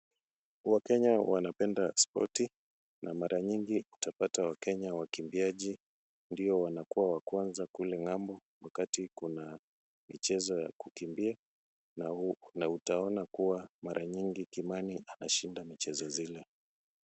Wakenya wanapenda spoti na mara nyingi utapata wakenya wakimbiaji ndio wanakuwa wa kwanza kule ng'ambo wakati kuna michezo ya kukimbia na utaona kuwa mara nyingi Kimani anashinda michezo zile.